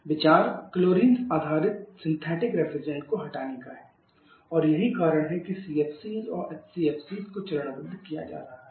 विचार क्लोरीन आधारित synthetic refrigerant को हटाने का है और यही कारण है कि CFCs और HCFC को चरणबद्ध किया जा रहा है